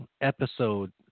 episode